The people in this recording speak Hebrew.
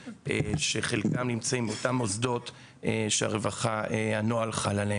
שחלקם נמצאים באותם מוסדות רווחה שהנוהל חל עליהם.